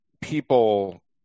people